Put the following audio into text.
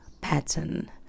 pattern